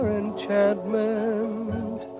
enchantment